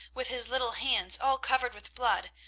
with his little hands all covered with blood,